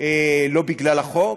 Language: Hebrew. לא בגלל החוק,